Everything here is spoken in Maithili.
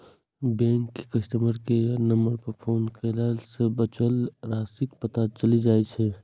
बैंक के कस्टमर केयर नंबर पर फोन कयला सं बचत राशिक पता चलि जाइ छै